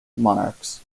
monarchs